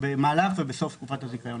במהלך ובתום תקופת הזיכיון.